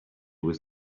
was